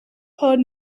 heard